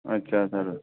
अच्छा सर